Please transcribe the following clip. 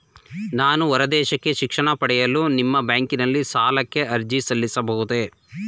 ನಾನು ಹೊರದೇಶಕ್ಕೆ ಶಿಕ್ಷಣ ಪಡೆಯಲು ನಿಮ್ಮ ಬ್ಯಾಂಕಿನಲ್ಲಿ ಸಾಲಕ್ಕೆ ಅರ್ಜಿ ಸಲ್ಲಿಸಬಹುದೇ?